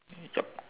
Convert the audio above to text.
yup